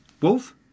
Wolf